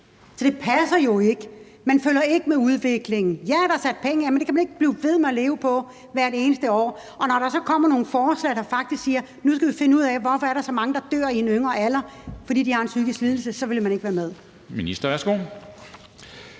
Så det passer jo ikke. Man følger ikke med udviklingen. Ja, der er sat penge af, men det kan man ikke blive ved med at leve på hvert eneste år, og når der så kommer nogle forslag, der faktisk siger, at nu skal vi finde ud af, hvorfor der er så mange, der dør i en yngre alder, fordi de har en psykisk lidelse, så vil man ikke være med.